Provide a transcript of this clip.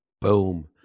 Boom